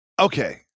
Okay